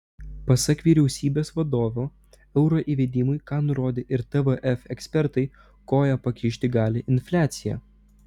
pasak vyriausybės vadovo euro įvedimui ką nurodė ir tvf ekspertai koją pakišti gali infliacija